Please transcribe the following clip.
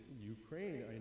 Ukraine